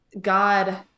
God